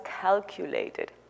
calculated